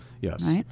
Yes